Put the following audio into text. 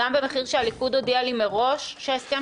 גם במחיר שהליכוד הודיע לי מראש שההסכם